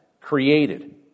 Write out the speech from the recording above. created